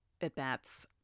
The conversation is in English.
at-bats